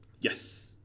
Yes